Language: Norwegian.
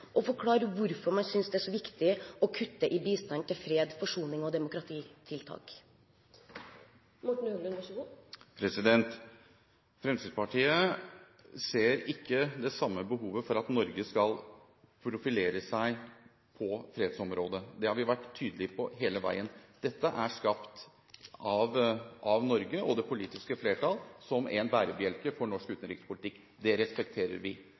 kan forklare hvordan dette skal gjøres, og hvorfor man synes det er så viktig å kutte i bistand til fred, forsoning og demokratitiltak. Fremskrittspartiet ser ikke det samme behovet for at Norge skal profilere seg på fredsområdet. Det har vi vært tydelige på hele veien. Dette er skapt av Norge og det politiske flertall som en bærebjelke for norsk utenrikspolitikk. Det respekterer vi.